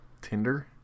Tinder